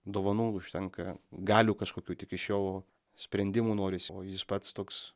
dovanų užtenka galių kažkokių tik iš jo sprendimų norisi o jis pats toks